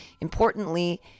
Importantly